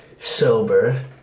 Sober